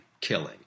killing